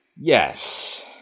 Yes